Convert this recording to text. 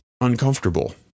uncomfortable